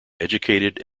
educated